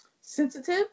sensitive